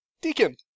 Deacon